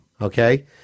okay